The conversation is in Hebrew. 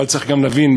אבל צריך גם להבין,